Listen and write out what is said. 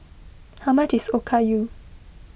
how much is Okayu